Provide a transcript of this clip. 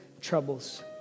troubles